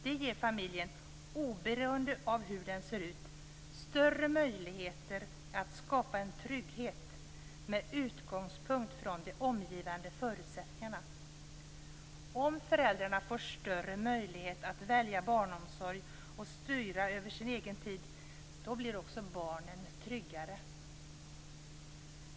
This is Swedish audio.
Det ger familjen, oberoende av hur den ser ut, större möjligheter att skapa en trygghet med utgångspunkt i de omgivande förutsättningarna. Om föräldrarna får större möjlighet att välja barnomsorg och styra över sin egen tid blir också barnen tryggare.